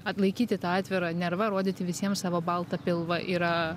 atlaikyti tą atvirą nervą rodyti visiems savo baltą pilvą yra